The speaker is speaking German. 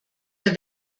der